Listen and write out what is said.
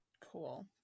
Cool